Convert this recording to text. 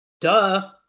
Duh